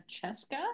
Francesca